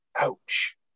Ouch